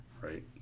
right